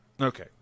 okay